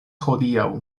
hodiaŭ